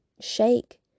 shake